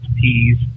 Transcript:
peas